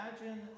imagine